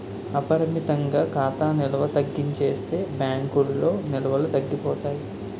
అపరిమితంగా ఖాతా నిల్వ తగ్గించేస్తే బ్యాంకుల్లో నిల్వలు తగ్గిపోతాయి